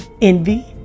envy